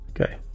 Okay